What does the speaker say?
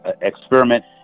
experiment